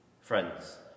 Friends